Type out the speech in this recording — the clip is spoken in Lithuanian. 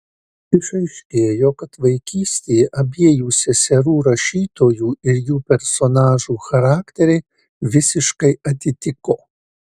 išaiškėjo kad vaikystėje abiejų seserų rašytojų ir jų personažų charakteriai visiškai atitiko